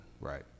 Right